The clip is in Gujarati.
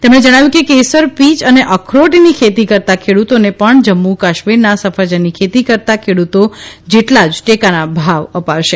તેમણે જણાવ્યુ કે કેસર પીય અને અખરોટની ખેતી કરતા ખેડૂતોને પણ જમ્મુ કાશ્મીરના સફરજનની ખેતી કરતા ખેડૂતો જેટલા જ ટેકાના ભાવ અપાશે